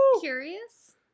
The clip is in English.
Curious